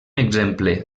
exemple